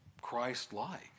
Christ-like